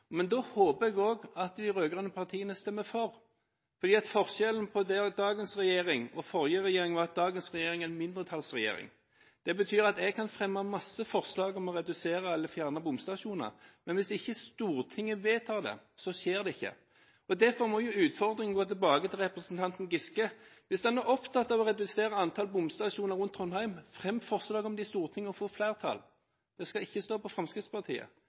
Men da håper jeg også at de rød-grønne partiene stemmer for. Forskjellen på dagens regjering og den forrige regjeringen er at dagens regjering er en mindretallsregjering. Det betyr at jeg kan fremme mange forslag om å redusere eller fjerne bomstasjoner, men hvis ikke Stortinget vedtar det, skjer det ikke. Derfor må utfordringen gå tilbake til representanten Giske. Hvis han er opptatt av å redusere antallet bomstasjoner rundt Trondheim – frem forslag om det i Stortinget og få flertall! Det skal ikke stå på Fremskrittspartiet.